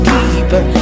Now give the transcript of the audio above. Keeper